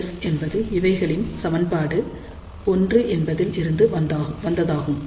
Γs என்பது இவைகளின் சமன்பாடு 1 என்பதில் இருந்து வந்ததாகும்